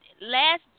Last